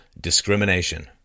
discrimination